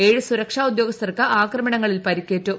ഏഴ് സുരക്ഷാ ഉദ്യോഗസ്ഥർക്ക് ആക്രമണങ്ങളിൽ പരിക്കേറ്റു